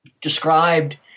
described